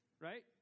right